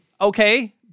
Okay